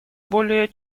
более